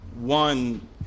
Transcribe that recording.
one